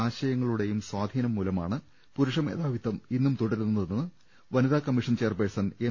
ആശയങ്ങളുടെയും സ്വാധീനം മൂലമാണ് പുരുഷമേധാവിത്തം ഇന്നും തുട രുന്നതെന്ന് വനിതാകമ്മീഷൻ ചെയർപേഴ്സൺ എം